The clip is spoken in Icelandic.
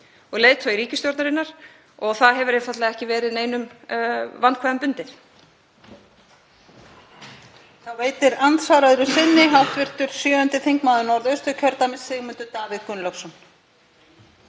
og leiðtogi ríkisstjórnarinnar og það hefur einfaldlega ekki verið neinum vandkvæðum bundið.